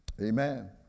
Amen